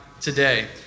today